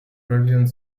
brilliant